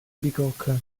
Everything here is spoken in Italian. bicocca